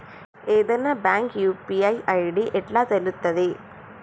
ఏదైనా bank UPI ID ఎట్లా తెలుత్తది?